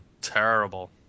terrible